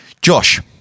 Josh